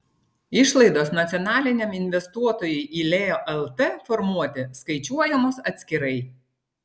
išlaidos nacionaliniam investuotojui į leo lt formuoti skaičiuojamos atskirai